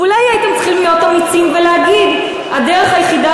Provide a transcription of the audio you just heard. ואולי הייתם צריכים להיות אמיצים ולהגיד: הדרך היחידה